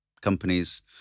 companies